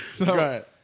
Right